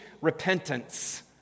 repentance